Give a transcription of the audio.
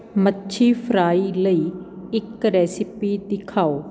ਮੱਛੀ ਫਰਾਈ ਲਈ ਇੱਕ ਰੈਸਿਪੀ ਦਿਖਾਓ